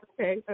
Okay